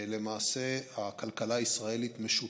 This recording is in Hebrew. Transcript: למעשה הכלכלה הישראלית משותקת.